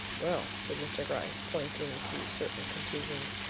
well, said mr. gryce, pointing to certain contusions,